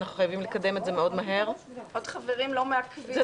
(יו"ר ועדת הפנים והגנת הסביבה): זאת